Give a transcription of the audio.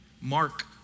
mark